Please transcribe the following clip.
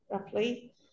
roughly